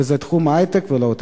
וזה תחום ההיי-טק וה-low-tech.